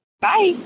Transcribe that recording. Bye